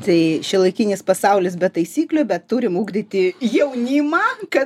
tai šiuolaikinis pasaulis be taisyklių bet turim ugdyti jaunimą kad